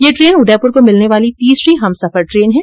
ये ट्रेन उदयपुर को मिलने वाली तीसरी हमसफर ट्रेन हैं